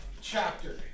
chapter